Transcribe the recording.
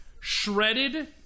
shredded